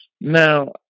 now